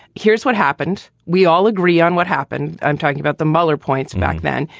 here's what happened. we all agree on what happened. i'm talking about the mueller points back then.